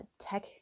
tech